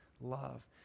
love